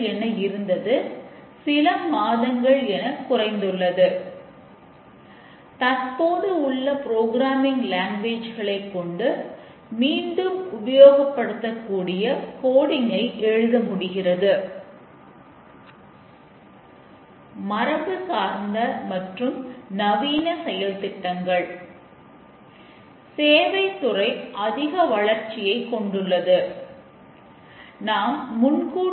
எனவே பெரும்பாலான நிறுவனங்கள் இந்த டெஸ்டிங்கில் மற்றும் பிற வேலைகளை மேற்கொள்கின்றனர்